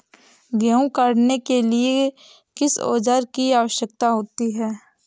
गेहूँ काटने के लिए किस औजार की आवश्यकता होती है?